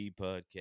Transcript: podcast